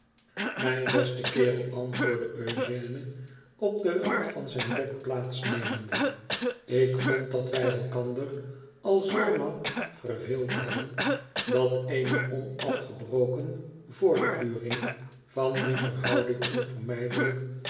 imijn beste kerel antwoordde eugène op den rand van zijn bed plaats nemende lik vond dat wij elkander al z lan verveeld hadden dat eene onafgebroken voortduring van die verhoudmg onvermijdelijk